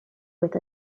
with